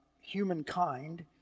humankind